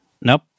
Nope